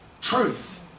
Truth